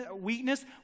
weakness